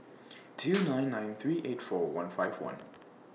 two nine nine three eight four one five one